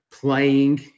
playing